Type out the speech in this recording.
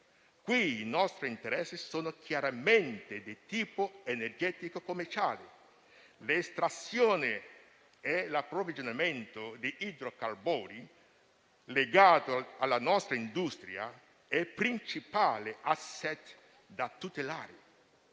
caso i nostri interessi sono chiaramente di tipo energetico-commerciale: l'estrazione e l'approvvigionamento di idrocarburi, in relazione alla nostra industria, è il principale *asset* da tutelare.